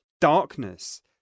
darkness